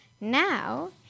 Now